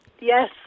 Yes